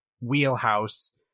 wheelhouse